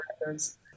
records